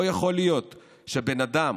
לא יכול להיות שבן אדם